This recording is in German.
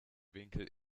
winkel